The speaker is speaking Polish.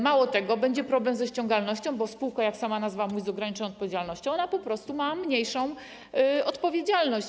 Mało tego, będzie problem ze ściągalnością, bo spółka, jak sama nazwa mówi, z ograniczoną odpowiedzialnością po prostu ma mniejszą odpowiedzialność.